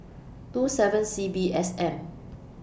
two seven C B S M